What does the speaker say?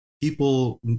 People